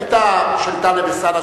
היתה הבקשה של טלב אלסאנע,